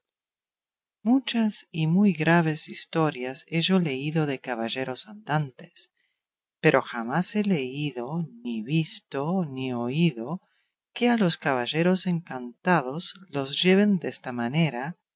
muchas y muy graves historias he yo leído de caballeros andantes pero jamás he leído ni visto ni oído que a los caballeros encantados los lleven desta manera